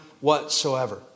whatsoever